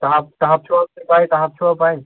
ٹہاب ٹہاب چھُو حظ تۄہہِ پَے ٹہاب چھُوا پَے